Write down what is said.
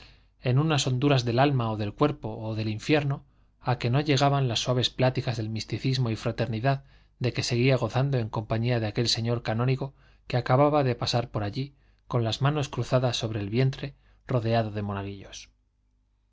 en unas honduras del alma o del cuerpo o del infierno a que no llegaban las suaves pláticas del misticismo y fraternidad de que seguía gozando en compañía de aquel señor canónigo que acababa de pasar por allí con las manos cruzadas sobre el vientre rodeado de